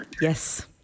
Yes